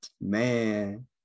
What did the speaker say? Man